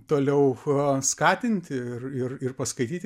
toliau skatinti ir ir paskaityti